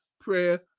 prayer